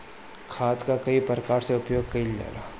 खाद कअ कई प्रकार से उपयोग कइल जाला